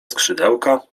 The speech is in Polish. skrzydełka